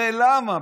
הרי למה?